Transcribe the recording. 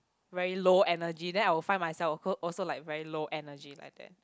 very low energy then I would find myself als~ also like very low energy like that